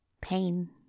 Pain